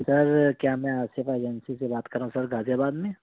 سر کیا میں الصفا ایجنسی سے بات کر رہا ہوں سر غازی آباد میں